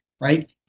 right